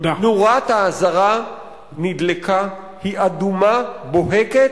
נורת האזהרה נדלקה, היא אדומה בוהקת.